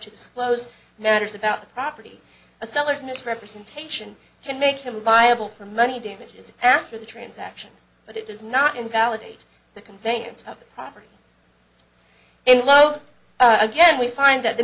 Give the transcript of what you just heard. to disclose matters about the property a seller's misrepresentation can make him viable for money damages after the transaction but it does not invalidate the conveyance of the property and lo again we find that the